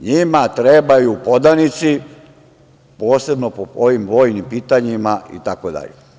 Njima trebaju podanici, posebno po ovim vojnim pitanjima itd.